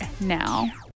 now